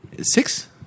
Six